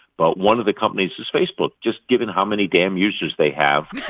but one of the companies is facebook, just given how many damn users they have,